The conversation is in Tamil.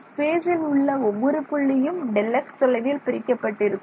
ஸ்பேசில் உள்ள ஒவ்வொரு புள்ளியும் Δx தொலைவில் பிரிக்கப்பட்டிருக்கும்